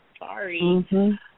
Sorry